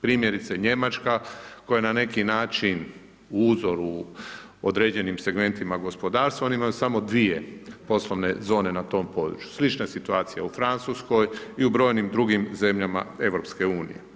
Primjerice Njemačka koja je na neki način uzor u određenim segmentima gospodarstva, oni imaju samo dvije poslovne zone na tom području, slična je situacija u Francuskoj i u brojnim drugim zemljama Europske unije.